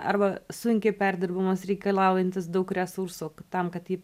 arba sunkiai perdirbamas reikalaujantis daug resursų tam kad jį